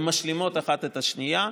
הן משלימות אחת את השנייה,